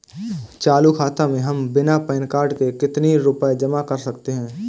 चालू खाता में हम बिना पैन कार्ड के कितनी रूपए जमा कर सकते हैं?